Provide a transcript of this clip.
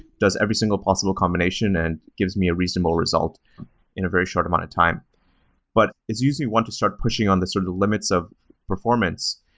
does every single possible combination and gives me a reasonable result in a very short amount of time but it's usually once you to start pushing on the sort of limits of performance,